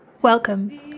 Welcome